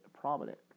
prominent